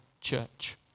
church